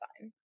fine